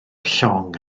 llong